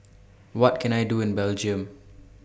What Can I Do in Belgium